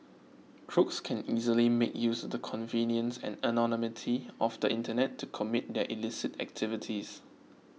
crooks can easily make use of the convenience and anonymity of the internet to commit their illicit activities